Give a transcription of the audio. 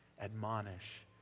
Admonish